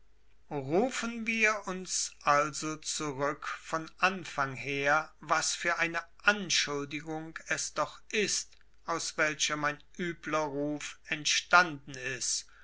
rufen wir uns also zurück von anfang her was für eine anschuldigung es doch ist aus welcher mein übler ruf entstanden ist